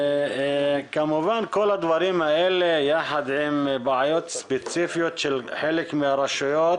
וכמובן כל הדברים האלה יחד עם בעיות ספציפיות של חלק מהרשויות